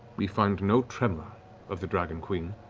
we find no tremor of the dragon queen,